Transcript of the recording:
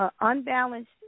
unbalanced